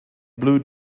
blue